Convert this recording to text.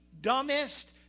dumbest